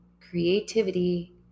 creativity